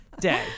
day